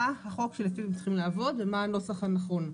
מה החוק שלפיו צריכים לעבוד ומה הנוסח הנכון.